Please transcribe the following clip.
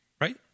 Right